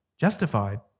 justified